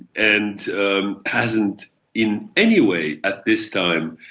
and hasn't in any way at this time